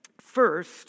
First